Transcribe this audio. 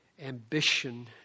ambition